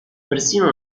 persino